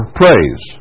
praise